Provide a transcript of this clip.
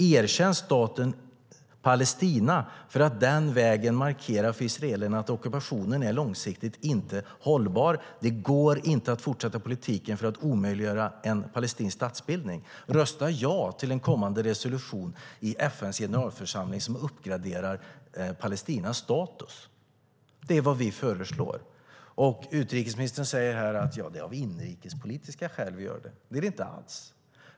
Erkänn staten Palestina för att den vägen markera för israelerna att ockupationen inte är långsiktigt hållbar. Det går inte att fortsätta politiken för att omöjliggöra en palestinsk statsbildning. Rösta ja till en kommande resolution i FN:s generalförsamling som uppgraderar Palestinas status. Detta är vad vi föreslår, och utrikesministern säger här att det är av inrikespolitiska skäl som vi gör det. Det är det inte alls.